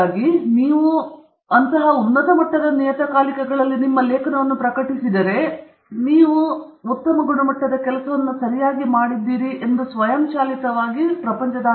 ಹಾಗಾಗಿ ನೀವು ಆ ನಿಯತಕಾಲಿಕಗಳಲ್ಲಿ ಪ್ರಕಟಿಸಿದರೆ ನೀವು ಉತ್ತಮ ಗುಣಮಟ್ಟದ ಕೆಲಸವನ್ನು ಸರಿಯಾಗಿ ಮಾಡಿದ್ದೀರಿ ಎಂದು ಸ್ವಯಂಚಾಲಿತವಾಗಿ ಊಹಿಸಲಾಗಿದೆ